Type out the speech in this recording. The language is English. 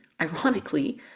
ironically